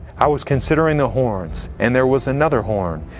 i was considering the horns, and there was another horn,